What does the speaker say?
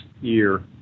year